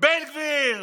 בן גביר.